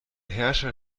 herrscher